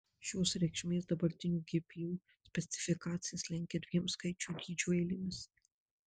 šios reikšmės dabartinių gpu specifikacijas lenkia dviem skaičių dydžio eilėmis